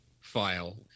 file